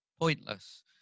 pointless